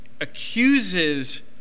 accuses